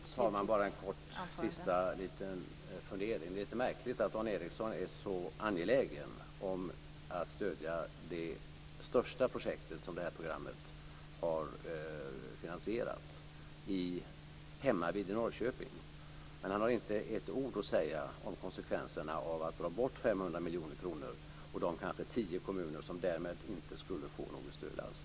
Fru talman! Bara en kort sista fundering: Det är lite märkligt att Dan Ericsson är så angelägen om att stödja det största projektet som det här programmet har finansierat hemmavid i Norrköping. Men han har inte ett ord att säga om konsekvenserna av att dra bort 500 miljoner kronor och de kanske tio kommuner som därmed inte skulle få något stöd alls.